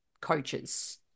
coaches